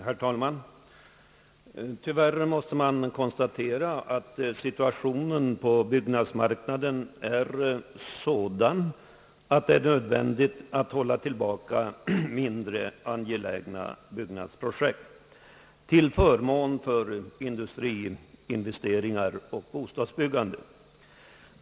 Herr talman! Tyvärr måste man konstatera att situationen på byggnads marknaden är sådan att det är nödvändigt att hålla tillbaka mindre angelägna byggnadsprojekt till förmån för industriinvesteringar och bostadsbyggande.